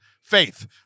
faith